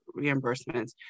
reimbursements